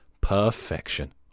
Perfection